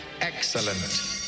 Excellent